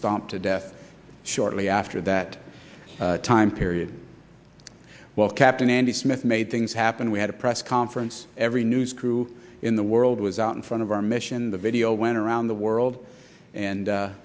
stomped to death shortly after that time period well captain andy smith made things happen we had a press conference every news crew in the world was out in front of our mission the video went around the world and